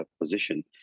position